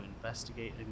investigate